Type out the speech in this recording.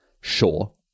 Sure